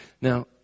Now